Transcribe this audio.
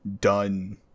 done